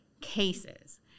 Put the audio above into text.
cases